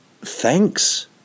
Thanks